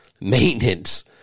Maintenance